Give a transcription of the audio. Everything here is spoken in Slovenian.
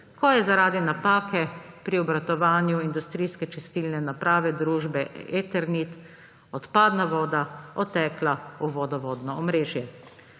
ko je zaradi napake pri obratovanju industrijske čistilne naprave družbe Eternit odpadna voda odtekla v vodovodno omrežje